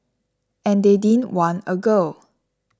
and they didn't want a girl